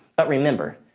but remember,